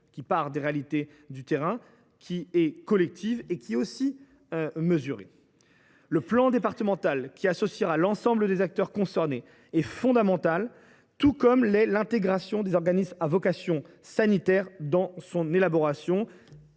issue des réalités du terrain, collective et mesurée. Le plan départemental qui associera l’ensemble des acteurs concernés est fondamental, tout comme l’intégration des organismes à vocation sanitaire dans son élaboration,